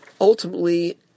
ultimately